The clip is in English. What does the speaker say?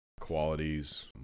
Qualities